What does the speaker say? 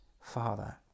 father